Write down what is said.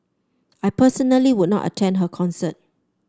I personally would not attend her concert